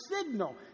signal